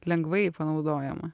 lengvai panaudojama